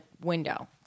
window